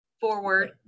forward